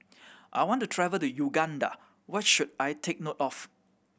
I want to travel to Uganda what should I take note of